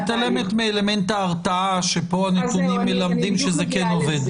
את מתעלמת פה מאלמנט ההרתעה שפה הנתונים מלמדים שזה כן עובד.